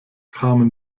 kamen